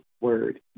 word